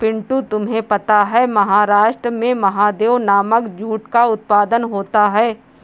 पिंटू तुम्हें पता है महाराष्ट्र में महादेव नामक जूट का उत्पादन होता है